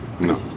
No